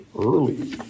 early